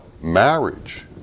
marriage